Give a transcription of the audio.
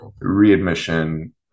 readmission